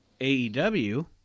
AEW